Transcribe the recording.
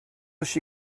she